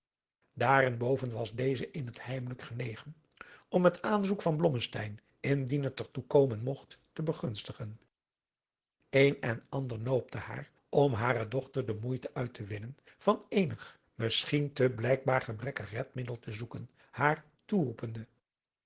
daarenboven was deze in het heimelijk genegen om het aanzoek van blommesteyn indien het er toe komen mogt te begunstigen een en ander noopte haar om hare dochter de moeite uit te winnen van eenig misschien te blijkbaar gebrekkig redmiddel te zoeken haar